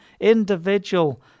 individual